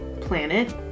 planet